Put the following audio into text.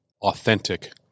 authentic